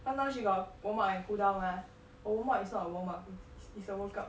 cause now she warm up and cool down mah her warm up is not a warm up is its a workout